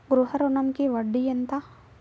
గృహ ఋణంకి వడ్డీ ఎంత?